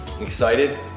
Excited